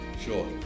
sure